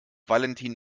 valentin